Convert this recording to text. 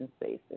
spaces